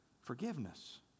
Forgiveness